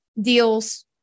deals